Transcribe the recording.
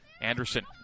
Anderson